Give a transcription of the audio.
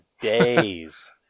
days